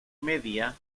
media